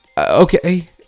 okay